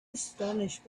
astonished